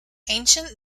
ancient